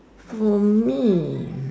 for me